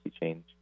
change